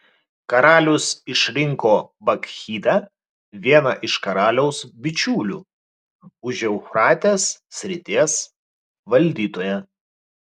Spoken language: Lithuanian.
karalius išrinko bakchidą vieną iš karaliaus bičiulių užeufratės srities valdytoją